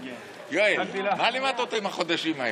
יואל, מה לימדת אותו עם החודשים האלה?